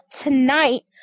tonight